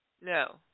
No